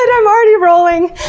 and i'm already rolling.